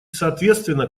соответственно